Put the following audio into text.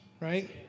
Right